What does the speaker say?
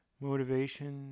motivation